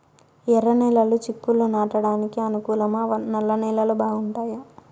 ఎర్రనేలలు చిక్కుళ్లు నాటడానికి అనుకూలమా నల్ల నేలలు బాగుంటాయా